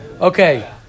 Okay